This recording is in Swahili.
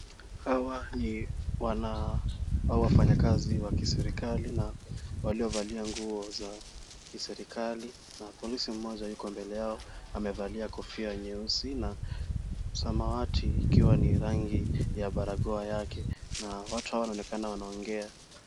Hawa ni wafanyakazi wa kiserikali na waliovalia nguo za kiserikali na polisi mmoja yuko mbele yao amevalia kofia nyeusi na samawati ikiwa ni rangi ya barakoa yake na watu wanaonekana wanaongea.